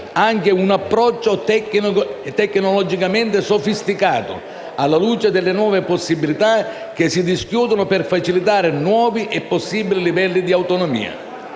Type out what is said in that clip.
anche un approccio tecnologicamente sofisticato, alla luce delle nuove possibilità che si dischiudono per facilitare nuovi possibili livelli di autonomia.